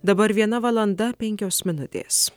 dabar viena valanda penkios minutės